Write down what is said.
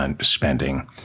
spending